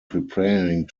preparing